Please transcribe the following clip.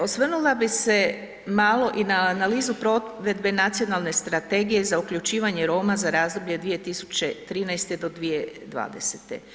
Osvrnula bi se malo i na analizu provedbe nacionalne strategije za uključivanje Roma za razdoblje 2013. do 2020.